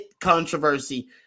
controversy